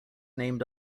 named